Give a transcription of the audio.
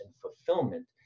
fulfillment